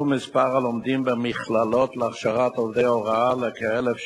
תודה רבה, אדוני.